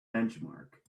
benchmark